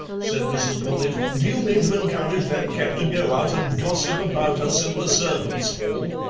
said mrs. cornett, do you mean to encourage that cat to go out and gossip about us in the servants' hall?